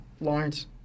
Lawrence